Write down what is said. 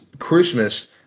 Christmas